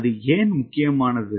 அது ஏன் முக்கியமானது